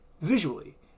visually